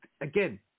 again